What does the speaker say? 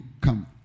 come